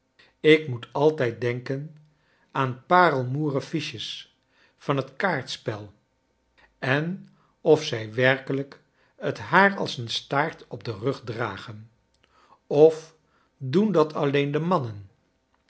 ik moet altijd denken aan parcimoeren fiches van het kaartspel en of zij werkelijk het haar als een staart op den rug dragen of doen dat alleen de mannen